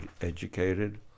educated